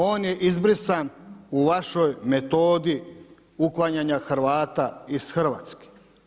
On je izbrisan u vašoj metodi uklanjanja Hrvata iz Hrvatske.